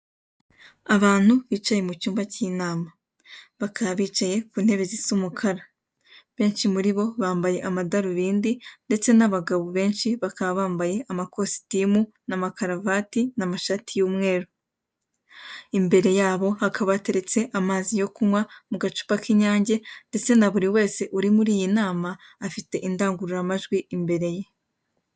Abantu bicaye mu cyumba cy'inama, bakaba bicaye ku ntebe zisa umukara, benshi muri bo bambaye amadarubindi ndetse n'abagabo benshi bakaba bambaye amakositimu n'amakaravati n'amashati y'umweru, imbere yabo hakaba hateretse amazi yo kunywa mu gacupa k'inyange ndetse na buri wese uri muri iyi nama afite indangururamajwi imbere ye.